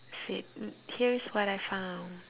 said mm here's what I found